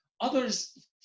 Others